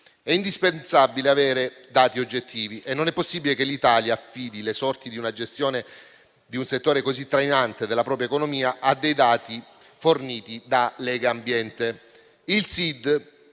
È indispensabile avere dati oggettivi e non è possibile che l'Italia affidi le sorti di una gestione di un settore così trainante della propria economia a dati forniti da Legambiente. Il Sid,